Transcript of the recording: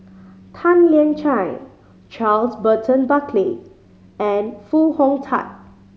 Tan Lian Chye Charles Burton Buckley and Foo Hong Tatt